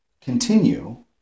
continue